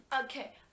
Okay